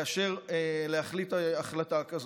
לאשר, להחליט החלטה כזאת.